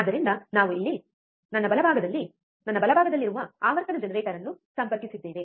ಆದ್ದರಿಂದ ನಾವು ಇಲ್ಲಿ ನನ್ನ ಬಲಭಾಗದಲ್ಲಿ ಬಲಭಾಗದಲ್ಲಿರುವ ಆವರ್ತನ ಜನರೇಟರ್ ಅನ್ನು ಸಂಪರ್ಕಿಸಿದ್ದೇವೆ